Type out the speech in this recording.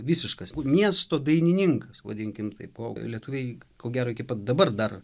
visiškas mie miesto dainininkas vadinkim taip o lietuviai ko gero iki pat dabar dar